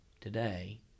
today